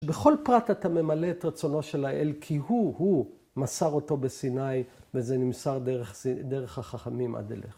‫בכל פרט אתה ממלא ‫את רצונו של האל, ‫כי הוא, הוא, מסר אותו בסיני, ‫וזה נמסר דרך החכמים עד אליך.